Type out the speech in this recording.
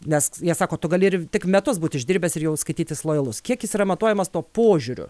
nes jie sako tu gali ir tik metus būt išdirbęs ir jau skaitytis lojalus kiekis yra matuojamas tuo požiūriu